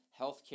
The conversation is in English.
Healthcare